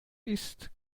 ist